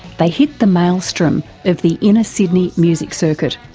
they hit the maelstrom of the inner sydney music circuit.